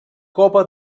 copa